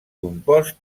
compost